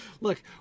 Look